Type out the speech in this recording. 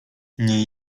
nie